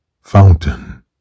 Fountain